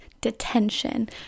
detention